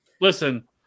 listen